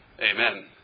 Amen